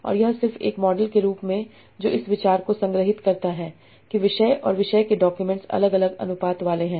और यह सिर्फ एक मॉडल के रूप में जो इस विचार को संग्रहित करता है कि विषय और विषय के डॉक्यूमेंट्स अलग अलग अनुपात वाले हैं